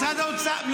משרד האוצר.